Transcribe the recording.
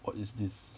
what is this